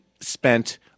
spent –